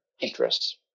interests